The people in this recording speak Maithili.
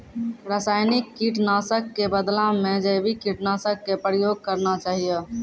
रासायनिक कीट नाशक कॅ बदला मॅ जैविक कीटनाशक कॅ प्रयोग करना चाहियो